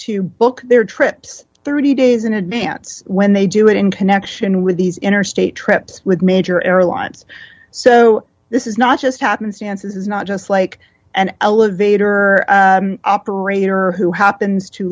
to book their trips thirty days in advance when they do it in connection with these interstate trips with major airlines so this is not just happenstance it's not just like an elevator operator who happens to